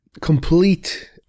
complete